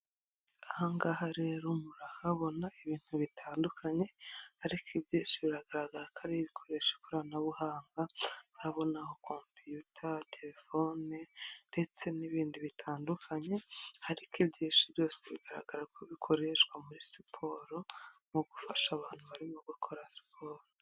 Ahangaha rero murahabona ibintu bitandukanye, ariko ibyinshi biragaragara ko ari ibikoresha ikoranabuhanga, murabonaho komputa, terefone ndetse n'ibindi bitandukanye, ariko ibyinshi byose bigaragara ko bikoreshwa muri siporo, mu gufasha abantu barimo gukora siporo.